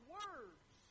words